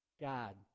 God